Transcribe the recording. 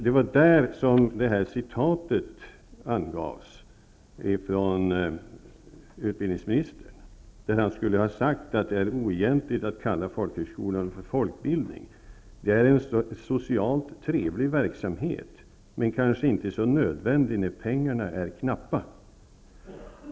Det är därifrån jag har hämtat citatet av utbildningsministerns uttalande, enligt vilket han skulle ha sagt: Det är oegentligt att kalla folkhögskolorna för folkbildning -- det är en socialt trevlig verksamhet, men kanske inte så nödvändig när pengarna är knappa.